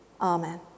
Amen